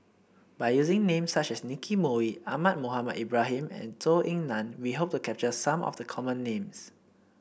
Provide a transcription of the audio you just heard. by using names such as Nicky Moey Ahmad Mohamed Ibrahim and Zhou Ying Nan we hope to capture some of the common names